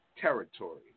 territory